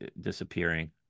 disappearing